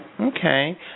Okay